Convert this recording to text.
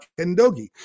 kendogi